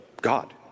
God